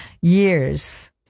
years